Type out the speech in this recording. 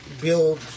build